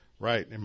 Right